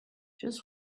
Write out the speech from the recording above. just